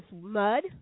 mud